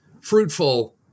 fruitful